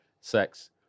sex